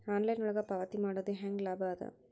Online ಒಳಗ ಪಾವತಿ ಮಾಡುದು ಹ್ಯಾಂಗ ಲಾಭ ಆದ?